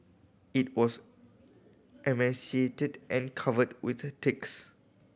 it was emaciated and covered with ticks